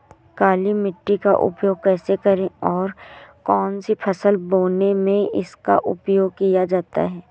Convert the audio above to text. काली मिट्टी का उपयोग कैसे करें और कौन सी फसल बोने में इसका उपयोग किया जाता है?